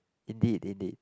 indeed indeed